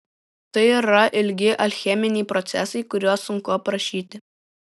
tai yra ilgi alcheminiai procesai kuriuos sunku aprašyti